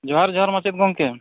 ᱡᱚᱦᱟᱨ ᱡᱚᱦᱟᱨ ᱢᱟᱪᱮᱫ ᱜᱚᱠᱢᱮ